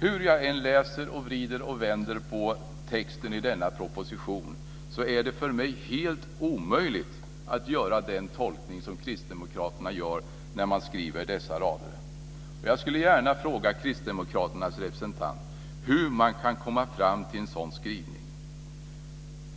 Hur jag än läser och vrider och vänder på texten i denna proposition är det för mig helt omöjligt att göra den tolkning som kristdemokraterna gör av dessa rader. Jag skulle gärna vilja fråga kristdemokraternas representant hur man kan komma fram till en sådan skrivning.